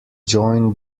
joined